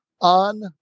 on